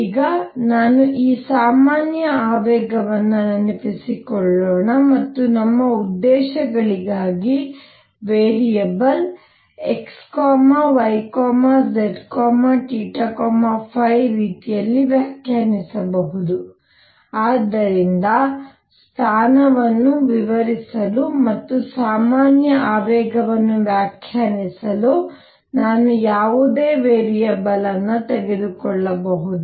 ಈಗ ನಾನು ಈ ಸಾಮಾನ್ಯ ಆವೇಗವನ್ನು ನೆನಪಿಸಿಕೊಳ್ಳೋಣ ಮತ್ತು ನಮ್ಮ ಉದ್ದೇಶಗಳಿಗಾಗಿ ವೇರಿಯೇಬಲ್ x y z ϕರೀತಿಯಲ್ಲಿ ವ್ಯಾಖ್ಯಾನಿಸಬಹುದು ಆದ್ದರಿಂದ ಸ್ಥಾನವನ್ನು ವಿವರಿಸಲು ಮತ್ತು ಸಾಮಾನ್ಯ ಆವೇಗವನ್ನು ವ್ಯಾಖ್ಯಾನಿಸಲು ನಾನು ಯಾವುದೇ ವೇರಿಯಬಲ್ ತೆಗೆದುಕೊಳ್ಳಬಹುದು